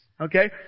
Okay